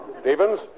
Stevens